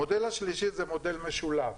המודל השלישי הוא מודל משולב,